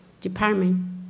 Department